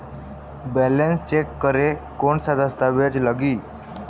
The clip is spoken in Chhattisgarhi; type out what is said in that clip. बैलेंस चेक करें कोन सा दस्तावेज लगी?